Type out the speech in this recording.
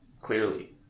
clearly